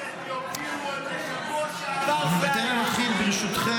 --- בשבוע שעבר זה היה.